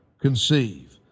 conceive